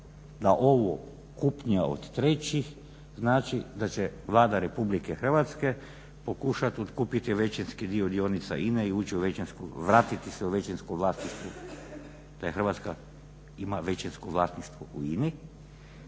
da ovo kupnja od trećih znači da će Vlada Republike Hrvatske pokušat otkupiti većinski dio dionica INA-e i vratiti se u većinsko vlasništvo, da Hrvatska ima većinsko vlasništvo u INA-i,